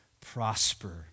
prosper